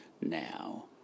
now